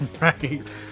Right